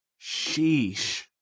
Sheesh